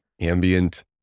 Ambient